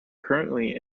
currently